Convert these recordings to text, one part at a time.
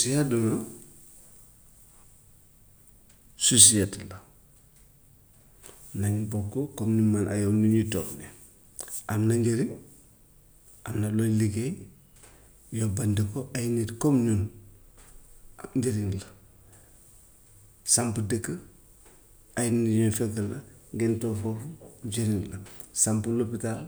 Si àdduna societé la nañ bokk comme nii man ak yow ni ñu toog nii am na njëriñ, am na looy liggéey yóbbante ko ay nit comme ñun ab njëriñ la, samp dëkk ay nit ñëw fekk la ngeen toog foofu njëriñ la, samp lópitaal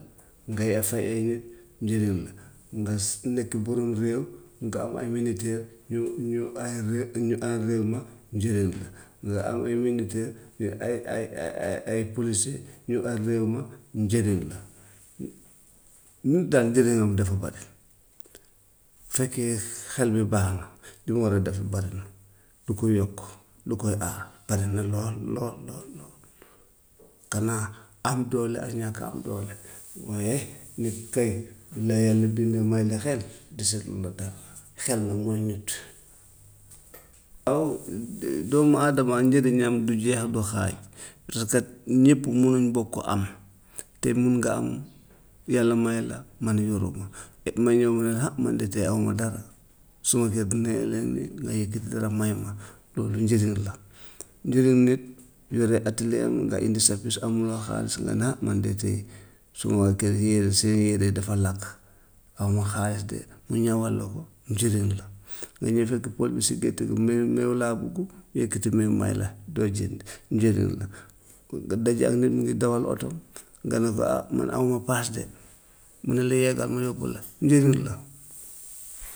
ngay ay fay ay nit njëriñ la, nga nekk borom réew nga am ay miniteer ñu ñu ay ré- ñu aar réew ma njëriñ la, nga am ay miniteer ñu ay ay ay ay ay polise ñu aar réew ma njëriñ la. Nit daal njëriñam dafa bari, fekkee xel bi baax na lu mu war a def bari na, lu ko yokk, lu koy aar bari na lool lool lool lool, kanaa am doole ak ñàkk a am doole waaye nit kay bi la yàlla bind may la xel deseetula dara, xel nag mooy nit. Aw doomu adama njëriñam du jeex, du xaaj, parce que ñëpp munuñ bokk am, tey mun nga am yàlla may la, man yoruma, et ma ñëw ne la ah man de tey awuma dara, suma kër nga yëkkati dara may ma loolu njëriñ la. Njëriñ nit yore atelier(am) nga indi sa piis amuloo xaalis, nga ne ah man de tey suma waa kër yee seen yére dafa lakk awma xaalis de mu ñawal la ko njëriñ la, nga ñëw fekk pël bi si gétt gi meew meew laa bugg mu yëkkati meew may la doo jënd, njëriñ la, nga daje ak nit muy dawal oto nga ne ko ah man awma paas de mu ne la yéegal ma yóbbu la njëriñ la.